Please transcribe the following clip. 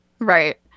Right